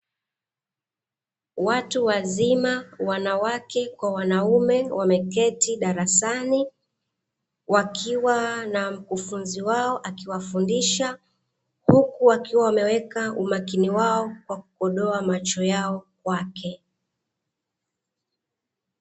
Watu wazima wanawake kwa wanaume wameketi darasani, wakiwa na mkufunzi wao akiwafundisha, huku wakiwa wameweka umakini wao kwa kukodoa macho yao kwake.